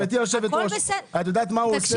גברתי יושבת הראש, את יודעת מה הוא עושה?